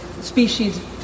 species